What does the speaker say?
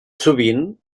sovint